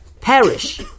perish